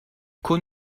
con